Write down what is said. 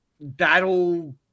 battle